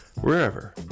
wherever